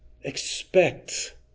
expect